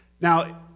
Now